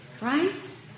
Right